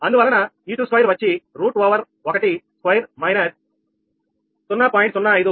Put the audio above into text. అందువలన e22 వచ్చి root over 1 square minus −0